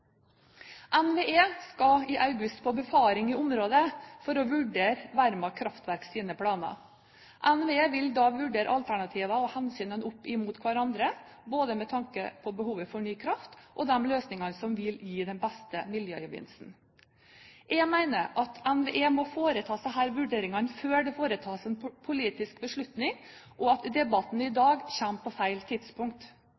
NVE skal i august på befaring i området for å vurdere Verma kraftverks planer. NVE vil da vurdere alternativene og hensynene opp mot hverandre, med tanke på både behovet for ny kraft og de løsninger som vil gi den beste miljøgevinsten. Jeg mener at NVE må foreta disse vurderingene før det foretas en politisk beslutning, og at debatten i